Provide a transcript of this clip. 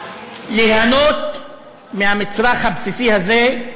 ליהנות מהמצרך הבסיסי הזה,